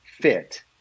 fit